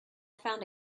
found